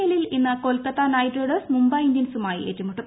എല്ലിൽ ഇന്ന് Kolkata Knight Riders Mumbai ഇന്ത്യൻസുമായി ഏറ്റുമുട്ടും